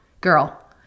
Girl